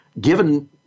given